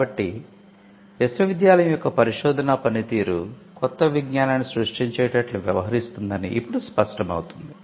కాబట్టి విశ్వవిద్యాలయం యొక్క పరిశోధనా పనితీరు క్రొత్త విజ్ఞానాన్ని సృష్టించేటట్లు వ్యవహరిస్తుందని ఇప్పుడు స్పష్టమవుతుంది